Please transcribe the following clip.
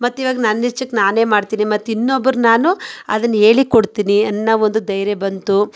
ಮತ್ತೀವಾಗ ನನ್ನ ಇಚ್ಛೆಗೆ ನಾನೇ ಮಾಡ್ತೀನಿ ಮತ್ತಿನ್ನೊಬ್ರನ್ನ ನಾನು ಅದನ್ನ ಹೇಳಿ ಕೊಡ್ತೀನಿ ಅನ್ನೋ ಒಂದು ಧೈರ್ಯ ಬಂತು